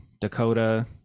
Dakota